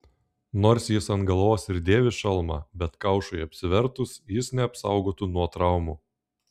nors jis ant galvos ir dėvi šalmą bet kaušui apsivertus jis neapsaugotų nuo traumų